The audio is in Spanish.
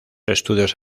estudios